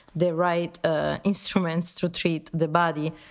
the right ah instruments to treat the body.